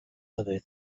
other